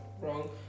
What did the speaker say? wrong